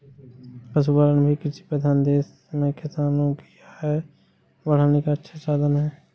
पशुपालन भी कृषिप्रधान देश में किसानों की आय बढ़ाने का अच्छा साधन है